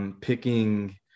Picking